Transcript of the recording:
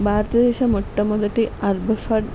భారతదేశ మొట్టమొదటి urban flood